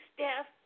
Steph